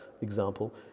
example